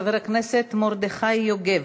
חבר הכנסת מרדכי יוגב.